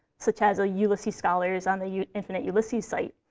such as ah ulysses scholars on the infinite ulysses site,